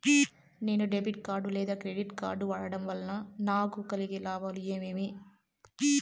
నేను debit card లేదా credit card వాడడం వల్ల నాకు కలిగే లాభాలు ఏమేమీ?